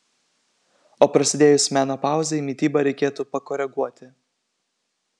o prasidėjus menopauzei mitybą reikėtų pakoreguoti